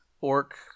orc